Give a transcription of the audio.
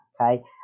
okay